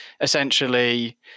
essentially